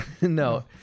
No